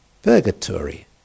Purgatory